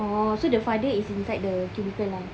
oh so the father is inside the cubicle lah